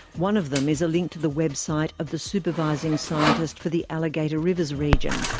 one of them is a link to the website of the supervising scientist for the alligator rivers region,